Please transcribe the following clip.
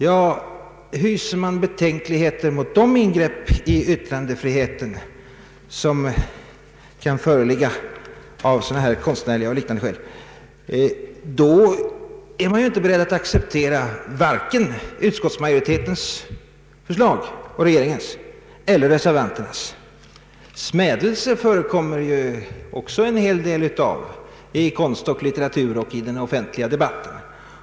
Ja, hyser man betänkligheter mot ett förbud mot rasdiskriminering av konstnärliga och liknande skäl, då är man kanske inte beredd att acceptera vare sig regeringens och utskottsmajoritetens förslag eller reservanternas. Smädelse förekommer det ju en hel del av i konst och litteratur och i den offentliga debatten.